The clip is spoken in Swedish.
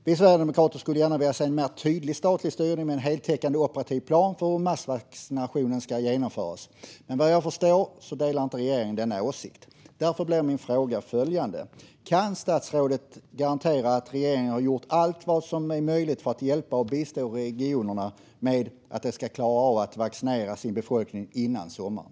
Vi sverigedemokrater skulle gärna vilja se en mer tydlig statlig styrning och en heltäckande operativ plan för hur massvaccinationen ska genomföras. Men vad jag förstår delar inte regeringen denna åsikt. Därför blir min fråga följande: Kan statsrådet garantera att regeringen har gjort allt som är möjligt för att hjälpa och bistå regionerna med hur de ska klara av att vaccinera sin befolkning innan sommaren?